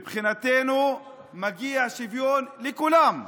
מבחינתנו מגיע שוויון לכולם,